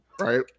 right